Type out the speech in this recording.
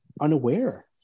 unaware